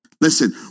Listen